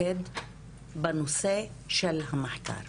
להתמקד בנושא של המחקר.